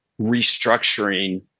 restructuring